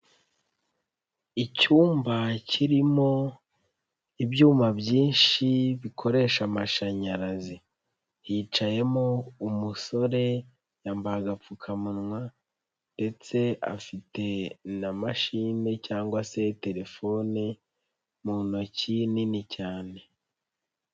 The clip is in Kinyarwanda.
Icyumba kirimo ibyuma byinshi bikoresha amashanyarazi, hicayemo umusore yambaye agapfukamunwa ndetse afite na mashine cyangwa se telefone mu ntoki nini cyane.